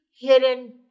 hidden